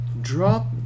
Drop